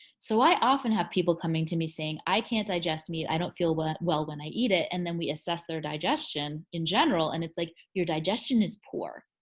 so i often have people coming to me saying, i can't digest meat. i don't feel well well when i eat it. and then we assess their digestion in general and it's like your digestion is poor.